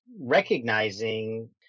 recognizing